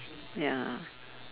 ya